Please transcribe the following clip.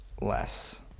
less